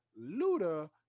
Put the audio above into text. Luda